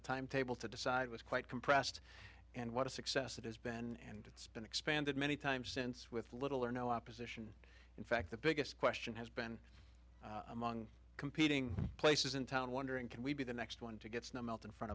the time table to decide was quite compressed and what a success it has been and it's been expanded many times since with little or no opposition in fact the biggest question has been among competing places in town wondering can we be the next one to get snow melt in front